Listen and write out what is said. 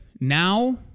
now